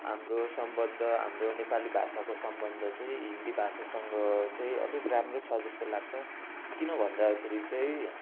हाम्रो सम्बन्ध हाम्रो नेपाली भाषाको सम्बन्ध चाहिँ हिन्दी भाषासँग चाहिँ अलिक राम्रो छ जस्तो लाग्छ किन भन्दाखेरि चाहिँ